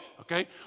Okay